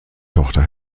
tochter